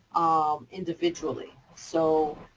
um, individually. so,